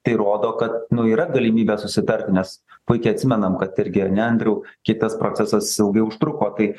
tai rodo kad nu yra galimybė susitarti nes puikiai atsimenam kad irgi ar ne andriau kitas procesas ilgai užtruko tai